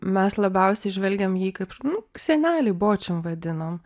mes labiausiai žvelgiam jį kaip nu senelį bočium vadinom